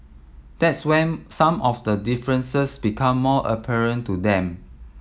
that's when some of the differences become more apparent to them